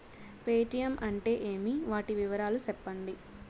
Paytm అంటే ఏమి, వాటి వివరాలు సెప్పండి?